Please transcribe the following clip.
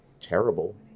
terrible